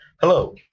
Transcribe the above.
Hello